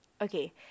okay